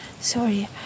Sorry